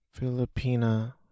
Filipina